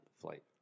flight